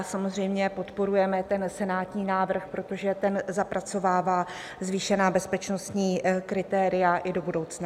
Samozřejmě podporujeme ten senátní návrh, protože zapracovává zvýšená bezpečnostní kritéria i do budoucna.